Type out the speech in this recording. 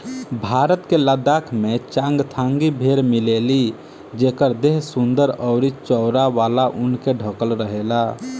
भारत के लद्दाख में चांगथांगी भेड़ मिलेली जेकर देह सुंदर अउरी चौड़ा वाला ऊन से ढकल रहेला